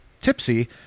tipsy